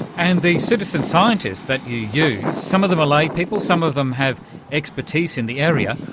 and the citizen scientists that you use, some of them are laypeople, some of them have expertise in the area.